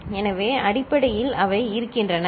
எனவே அடிப்படையில் அவை இருக்கின்றன சரி